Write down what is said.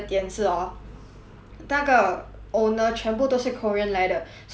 那个 owner 全部都是 korean 来的 so 他的 food 蛮 authentic 的